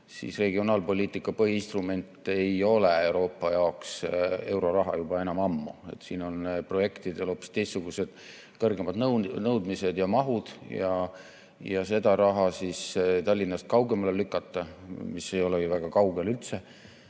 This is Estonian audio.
siis regionaalpoliitika põhiinstrument ei ole Euroopa jaoks euroraha juba enam ammu. Siin on projektidel hoopis teistsugused kõrgemad nõudmised ja mahud. Seda raha lükata Tallinnast kaugemale, mis ei ole ju üldse